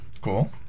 Cool